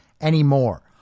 anymore